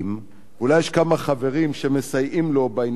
אולי יש כמה חברים שמסייעים לו בעניין הזה,